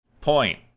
point